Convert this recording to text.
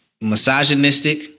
misogynistic